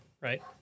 right